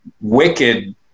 wicked